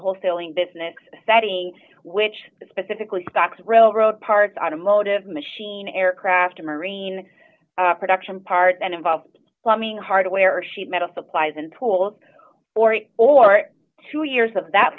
wholesaling business setting which specifically stocks railroad parts automotive machine aircraft marine production parts and involve plumbing hardware or sheet metal supplies and tools or or two years of that